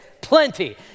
plenty